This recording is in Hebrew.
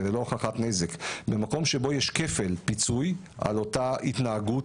ללא הוכחת נזק במקום שיש בו כפל פיצוי על אותה התנהגות,